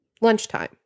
lunchtime